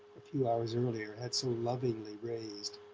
a few hours earlier, had so lovingly raised.